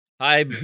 hi